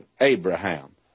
Abraham